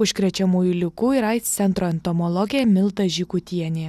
užkrečiamųjų ligų ir aids centro entomologė milda žygutienė